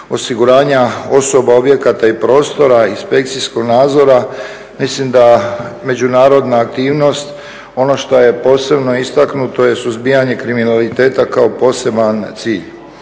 osiguranja osoba, objekata i prostora, inspekcijskog nadzora mislim da međunarodna aktivnost ono šta je posebno istaknuto je suzbijanje kriminaliteta kao poseban cilj.